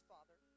Father